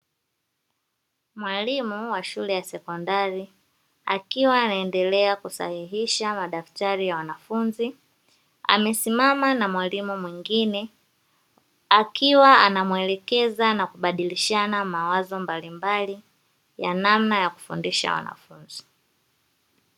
Mwalimu wa shule ya sekondari, akiwa anaendelea kusahihisha madaftari ya wanafunzi, amesimama na mwalimu mwingine akiwa anamuelekeza na kubadilishana mawazo mbalimbali ya namna ya kufundisha wanafunzi.